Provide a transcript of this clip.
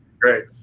Great